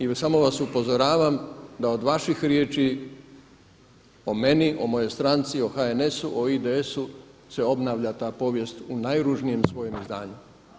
I samo vas upozoravam da od vaših riječi o meni, o mojoj stranci, o HNS-u, o IDS-u se obnavlja ta povijest u najružnijem svojem izdanju.